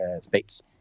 space